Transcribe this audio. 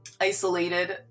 isolated